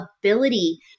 ability